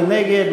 מי נגד?